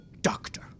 doctor